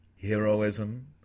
Heroism